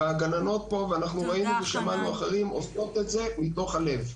הגננות כאן ואנחנו רואים שהן עושות את זה מתוך הלב.